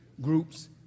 groups